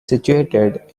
situated